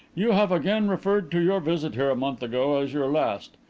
you have again referred to your visit here a month ago as your last.